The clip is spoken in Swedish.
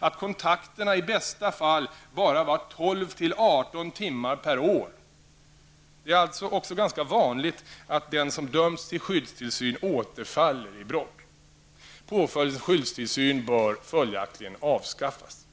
att kontakterna i bästa fall bara var 12--18 timmar per år. Det är också ganska vanligt att den som dömts till skyddstillsyn återfaller i brott. Påföljden skyddstillsyn bör följaktligen avskaffas.